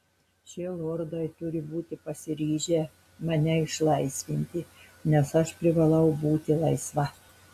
šie lordai turi būti pasiryžę mane išlaisvinti nes aš privalau būti laisva